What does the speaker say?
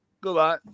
goodbye